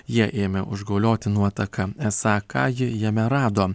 jie ėmė užgaulioti nuotaką esą ką ji jame rado